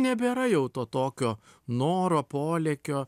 nebėra jau to tokio noro polėkio